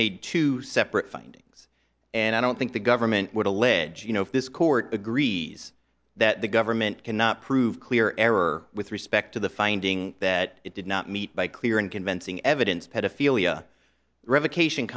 made to separate findings and i don't think the government would allege you know if this court agrees that the government cannot prove clear error with respect to the finding that it did not meet by clear and convincing evidence pedophilia revocation